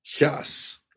Yes